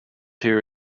here